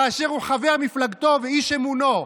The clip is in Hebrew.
כאשר הוא חבר מפלגתו ואיש אמונו.